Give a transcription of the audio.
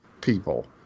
people